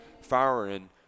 firing